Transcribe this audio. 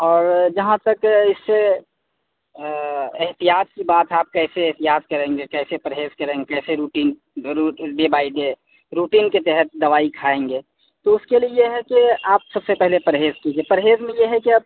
اور جہاں تک اس سے احتیاط کی بات آپ کیسے احتیاط کریں گے کیسے پرہیز کریں گے کیسے روٹین بائی ڈے روٹین کے تحت دوائی کھائیں گے تو اس کے لیے یہ ہے کہ آپ سب سے پہلے پرہیز کیجیے پرہیز میں یہ ہے کہ اب